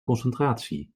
concentratie